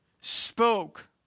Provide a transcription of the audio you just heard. spoke